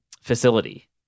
facility